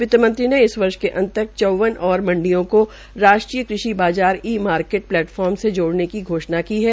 वित्तमंत्री ने इस वर्ष के अंत तक चौवन और मंडियों को राष्ट्रीय कृषि बजट ई मार्केट प्लेटफार्म से जोड़ने की घोष्णा की है